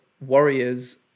warriors